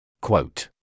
Quote